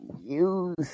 use